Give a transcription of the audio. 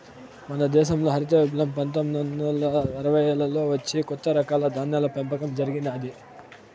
మన దేశంల హరిత విప్లవం పందొమ్మిది వందల అరవైలలో వచ్చి కొత్త రకాల ధాన్యాల పెంపకం జరిగినాది